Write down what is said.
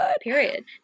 Period